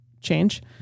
change